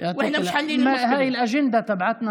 שסיימנו את העניין של שלושת הכפרים,